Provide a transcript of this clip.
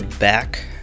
Back